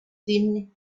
thin